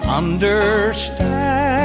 understand